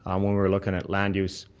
um when we were looking at land use,